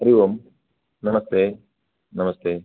हरि ओम् नमस्ते नमस्ते